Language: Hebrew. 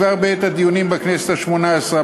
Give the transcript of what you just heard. כבר בעת הדיונים בכנסת השמונה-עשרה,